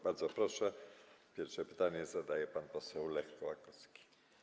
Bardzo proszę, pierwsze pytanie zadaje pan poseł Lech Kołakowski.